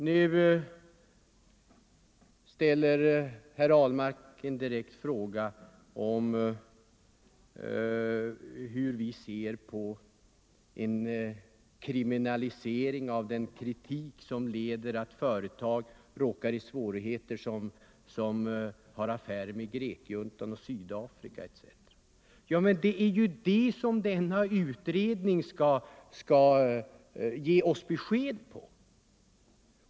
Herr Ahlmark ställde en direkt fråga — hur ser vi på en kriminalisering av den kritik som leder till att företag som har affärer med grekjuntan, Sydafrika etc. råkar i svårigheter. Det är det som den föreslagna utredningen skall ge oss besked om.